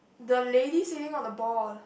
the lady sitting on the ball